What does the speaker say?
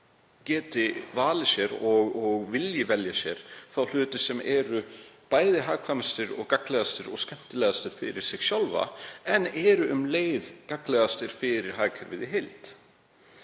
geti valið sér og vilji velja sér þá hluti sem eru bæði hagkvæmastir og gagnlegastir og skemmtilegastir fyrir það sjálft en eru um leið gagnlegastir fyrir hagkerfið í heild.